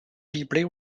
deeply